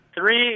three